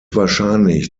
wahrscheinlich